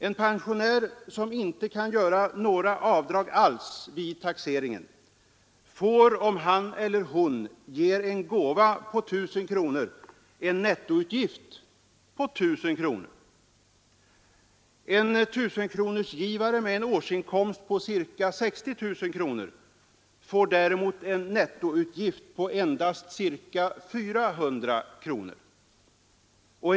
En pensionär som inte kan göra några avdrag alls vid taxeringen får, om han eller hon ger en gåva på 1 000 kronor, en nettoutgift på 1 000 kronor. Den som har en årsinkomst på ca 60 000 kronor får däremot en nettoutgift på endast ca 400 kronor för samma gåva.